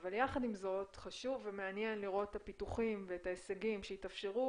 אבל יחד עם זאת חשוב ומעניין לראות את הפיתוחים ואת ההישגים שהתאפשרו,